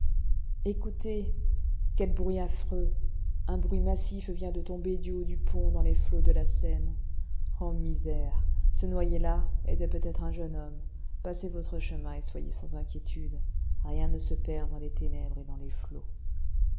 écoutez quel bruit affreux un bruit massif vient de tomber du haut du pont dans les flots de la seine ô misère ce noyé là était peut-être un jeune homme passez votre chemin et soyez sans inquiétude rien ne se perd dans les ténèbres et dans les flots